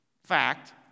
fact